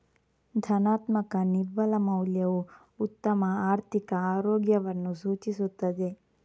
ಧನಾತ್ಮಕ ನಿವ್ವಳ ಮೌಲ್ಯವು ಉತ್ತಮ ಆರ್ಥಿಕ ಆರೋಗ್ಯವನ್ನು ಸೂಚಿಸುತ್ತದೆ